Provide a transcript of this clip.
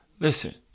Listen